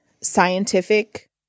scientific